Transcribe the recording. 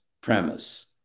premise